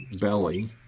belly